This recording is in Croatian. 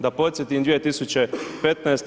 Da podsjetim 2015.